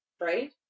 Right